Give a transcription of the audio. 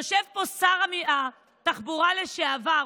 יושב פה שר התחבורה לשעבר,